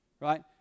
right